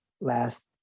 last